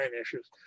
issues